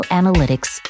analytics